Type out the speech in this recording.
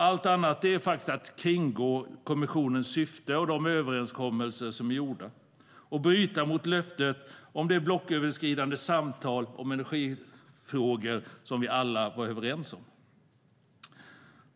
Allt annat är att kringgå kommissionens syfte och de överenskommelser som är gjorda och bryta mot löftet om de blocköverskridande samtal om energifrågor som vi alla var överens om.